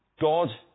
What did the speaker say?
God